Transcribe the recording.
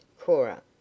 Cora